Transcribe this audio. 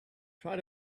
try